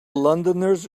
londoners